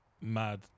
mad